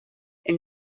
and